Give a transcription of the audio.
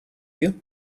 you